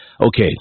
Okay